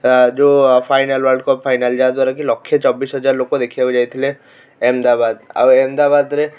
ଆ ଯେଉଁ final world cup final ଯାହାଦ୍ୱାରାକି ଲକ୍ଷେ ଚବିଶହଜାର ଲୋକ ଦେଖିବାକୁ ଯାଇଥିଲେ ଅହମଦାବାଦ ଆଉ ଅହମଦାବାଦରେ